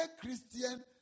Christian